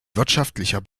wirtschaftlicher